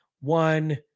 one